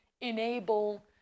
enable